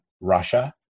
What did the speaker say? Russia